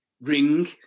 ring